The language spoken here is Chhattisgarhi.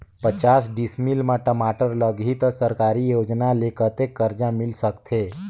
पचास डिसमिल मा टमाटर लगही त सरकारी योजना ले कतेक कर्जा मिल सकथे?